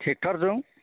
ट्रेक्टरजों